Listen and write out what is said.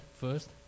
first